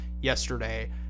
yesterday